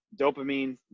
dopamine